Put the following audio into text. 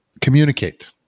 communicate